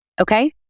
okay